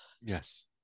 Yes